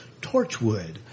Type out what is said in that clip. Torchwood